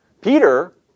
Peter